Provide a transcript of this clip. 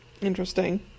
Interesting